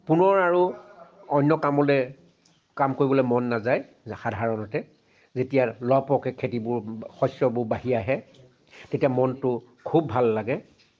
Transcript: পুনৰ আৰু অন্য কামলে কাম কৰিবলৈ মন নাযায় সাধাৰণতে যেতিয়া লহপহকৈ খেতিবোৰ শস্যবোৰ বাঢ়ি আহে তেতিয়া মনটো খুব ভাল লাগে